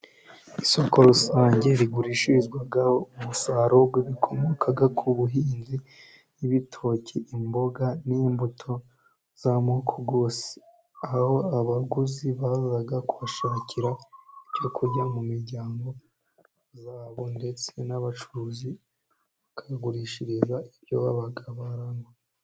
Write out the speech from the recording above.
Isoko rusange rigurishirizwaho umusaruro w'ibikomoka ku buhinzi nk'ibitoki, imboga n'imbuto z'amoko yose, aho abaguzi baza kuhashakira ibyo kurya mu miryango ya bo, ndetse n'abacuruzi bakahagurishiriza ibyo baba baranguye.